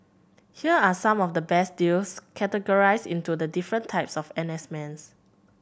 here are some of the best deals categorised into the different types of N S mans